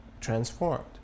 transformed